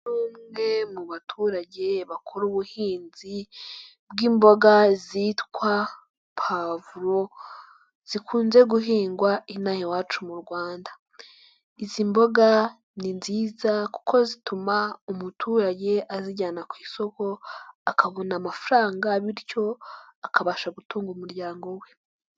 Umwe mu baturage bakora ubuhinzi bw'imboga zitwa pavuro zikunze guhingwa inaha iwacu mu rwanda. Izi mboga ni nziza kuko zituma umuturage azijyana ku isoko akabona amafaranga bityo akabasha gutunga umuryango we.